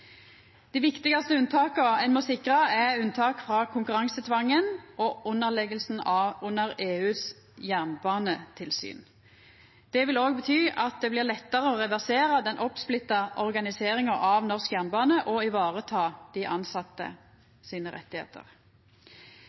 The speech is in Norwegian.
Dei viktigaste unntaka ein må sikra, er unntak frå konkurransetvangen og underlegginga under EUs jernbanetilsyn. Det vil òg bety at det blir lettare å reversera den oppsplitta organiseringa av norsk jernbane og vareta dei tilsette sine